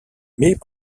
mais